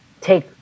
take